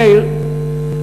מאיר,